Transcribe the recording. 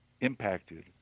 impacted